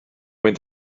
mynd